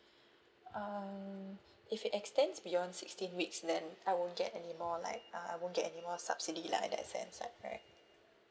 um if it extends beyond sixteen weeks then I will get any more like uh I won't get any more subsidy lah in that sense right